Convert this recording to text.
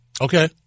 Okay